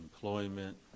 employment